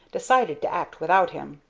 decided to act without him.